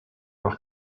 leurs